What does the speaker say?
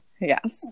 Yes